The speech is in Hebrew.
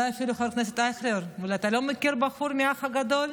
חבר הכנסת אייכלר, אתה לא מכיר בחור מהאח הגדול?